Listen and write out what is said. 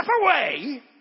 away